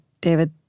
David